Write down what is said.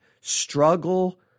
struggle